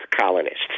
colonists